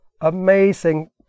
amazing